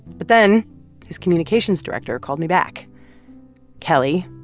but then his communications director called me back kelly,